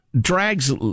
drags